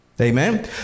Amen